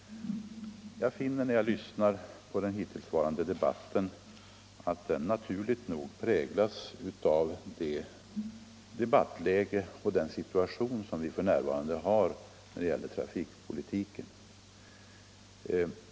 När jag lyssnat på den hittillsvarande debatten har jag funnit att den naturligt nog präglas av det debattläge och den situation vi f.n. har när det gäller trafikpolitiken.